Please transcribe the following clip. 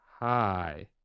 Hi